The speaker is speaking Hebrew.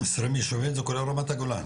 20 יישובים, זה כולל רמת הגולן?